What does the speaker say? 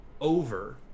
over